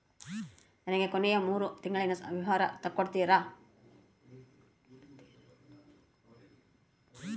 ನನಗ ಕೊನೆಯ ಮೂರು ತಿಂಗಳಿನ ವಿವರ ತಕ್ಕೊಡ್ತೇರಾ?